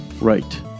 right